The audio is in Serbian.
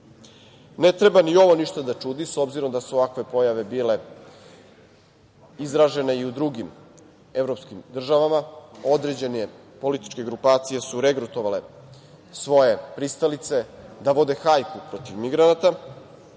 treba ni ovo ništa da čudi, s obzirom da su ovakve pojave bile izražene i u drugim evropskim državama. Određene političke grupacije su regrutovale svoje pristalice da vode hajku protiv migranata